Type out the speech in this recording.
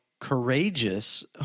courageous